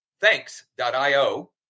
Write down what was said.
thanks.io